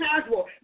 casual